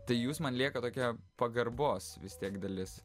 tai jūs man lieka tokia pagarbos vis tiek dalis